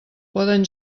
poden